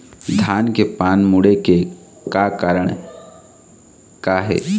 धान के पान मुड़े के कारण का हे?